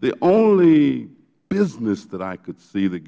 the only business that i could see that